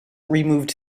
removed